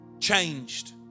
changed